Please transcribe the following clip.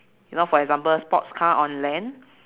you know for example sports car on land